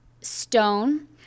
stone